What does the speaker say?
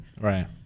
Right